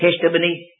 testimony